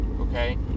okay